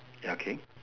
ya K